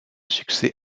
succès